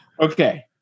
okay